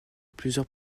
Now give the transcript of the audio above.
plusieurs